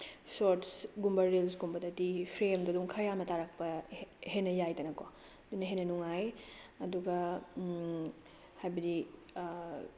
ꯁꯣꯔꯠꯁꯀꯨꯝꯕ ꯔꯤꯜꯁꯀꯨꯝꯕꯗꯗꯤ ꯐ꯭ꯔꯦꯝꯗꯣ ꯑꯗꯨꯝ ꯈꯔ ꯌꯥꯝꯅ ꯇꯥꯔꯛꯄ ꯍꯦꯟꯅ ꯌꯥꯏꯗꯅꯀꯣ ꯑꯗꯨꯅ ꯍꯦꯟꯅ ꯅꯨꯡꯉꯥꯏ ꯑꯗꯨꯒ ꯍꯥꯏꯕꯗꯤ